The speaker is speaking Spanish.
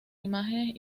imágenes